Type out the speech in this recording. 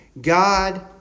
God